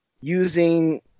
using